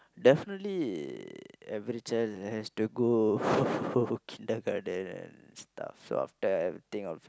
definitely every child has to go kindergarten and stuff so after I'll think of